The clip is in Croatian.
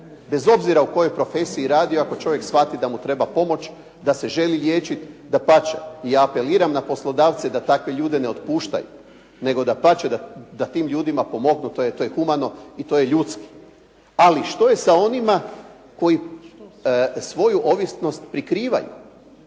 bez obzira u kojoj profesiji radi ako čovjek shvati da mu treba pomoć, da se želi liječiti, dapače. I apeliram na poslodavce da takve ljude ne otpuštaju. Nego dapače da takvim ljudima pomognu. To je humano i to je ljudski. Ali što je sa onima koji svoju ovisnost prikrivaju?